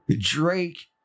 drake